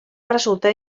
resultar